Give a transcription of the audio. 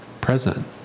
present